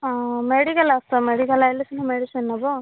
ହଁ ମେଡ଼ିକାଲ୍ ଆସ ମେଡ଼ିକାଲ୍ ଆସିଲେ ସିନା ମେଡ଼ିସିନ୍ ନବ